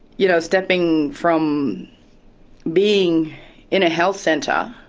you know, stepping from being in a health centre,